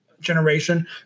generation